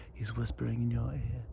he's whispering in your ear.